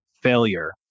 failure